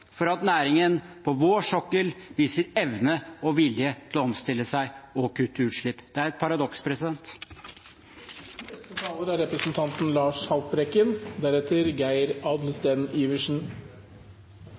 for at næringen på vår sokkel viser evne og vilje til å omstille seg og kutte utslipp. Det er et paradoks. Åpenhet om miljøfaglige råd i forbindelse med oljeutbygginger er